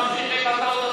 גם הילדים האלה צריכים לאכול.